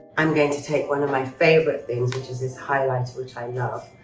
i'm going to take one of my favorite things, which is this highlighter, which i love.